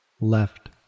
left